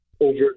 over